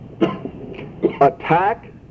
Attack